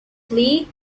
flee